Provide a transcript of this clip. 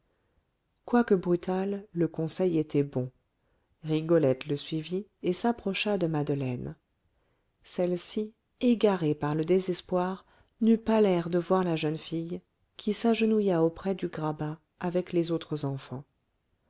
quoique brutal le conseil était bon rigolette le suivit et s'approcha de madeleine celle-ci égarée par le désespoir n'eut pas l'air de voir la jeune fille qui s'agenouilla auprès du grabat avec les autres enfants